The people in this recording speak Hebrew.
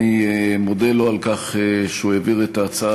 אני מודה לו על כך שהוא העביר את ההצעה